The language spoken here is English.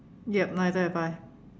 yup my dad buy